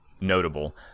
notable